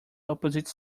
opposite